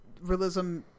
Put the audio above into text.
realism